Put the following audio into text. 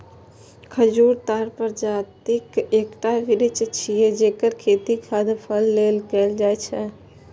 खजूर ताड़ प्रजातिक एकटा वृक्ष छियै, जेकर खेती खाद्य फल लेल कैल जाइ छै